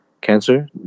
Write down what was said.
Cancer